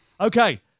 Okay